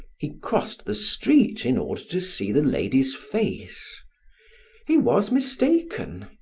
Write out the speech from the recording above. he crossed the street in order to see the lady's face he was mistaken,